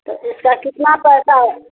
तो इसका कितना पैसा